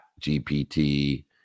GPT